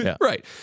right